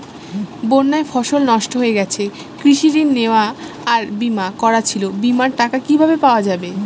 বন্যায় ফসল নষ্ট হয়ে গেছে কৃষি ঋণ নেওয়া আর বিমা করা ছিল বিমার টাকা কিভাবে পাওয়া যাবে?